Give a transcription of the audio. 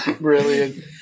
Brilliant